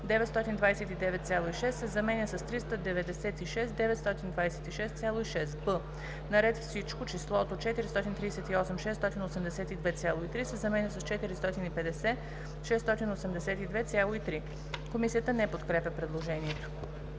929,6“ се заменя с „396 926,6“. б) на ред Всичко числото „438 682,3“ се заменя с „450 682,3“.“ Комисията не подкрепя предложението.